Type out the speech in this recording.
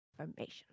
information